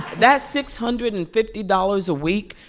that six hundred and fifty dollars a week,